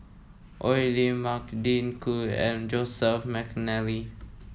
Oi Lin Magdalene Khoo and Joseph McNally